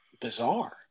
bizarre